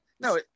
No